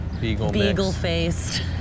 beagle-faced